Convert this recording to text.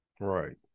Right